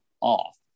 off